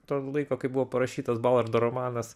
to laiko kai buvo parašytas balardo romanas